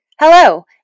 Hello